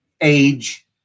age